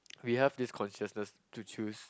we have this consciousness to choose